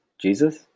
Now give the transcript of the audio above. Jesus